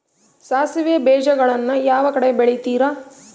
ಸಾಸಿವೆ ಬೇಜಗಳನ್ನ ಯಾವ ಕಡೆ ಬೆಳಿತಾರೆ?